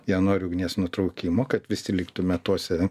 jie nori ugnies nutraukimo kad visi liktume tose